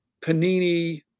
panini